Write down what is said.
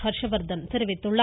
ஹர்ஷவர்த்தன் தெரிவித்துள்ளார்